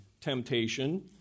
temptation